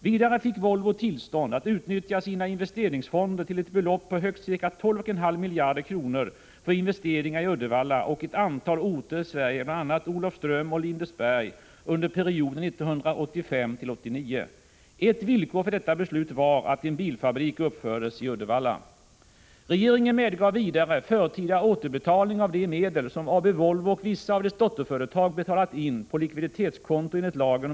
Vidare fick Volvo tillstånd att utnyttja sina investeringsfonder till ett belopp på högst ca 12,5 miljarder kronor för investeringar i Uddevalla och ett antal orter i Sverige, bl.a. Olofström och Lindesberg, under perioden 1985-1989. Ett villkor för detta beslut var att en bilfabrik uppfördes i Uddevalla.